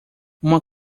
uma